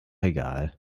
egal